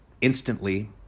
instantly